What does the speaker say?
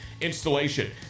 Installation